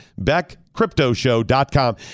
BeckCryptoShow.com